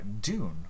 dune